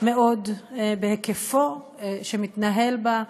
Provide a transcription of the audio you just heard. מאוד בהיקפו שמתנהל בה.